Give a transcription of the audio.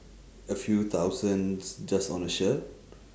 a few thousands just on a shirt